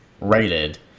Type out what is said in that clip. rated